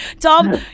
Tom